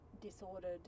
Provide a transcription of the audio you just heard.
disordered